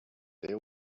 they